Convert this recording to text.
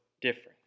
different